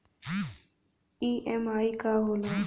EMI का होला?